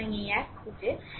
সুতরাং এই এক খুঁজে